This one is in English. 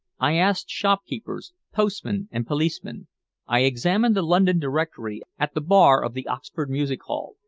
i asked shopkeepers postmen, and policemen i examined the london directory at the bar of the oxford music hall,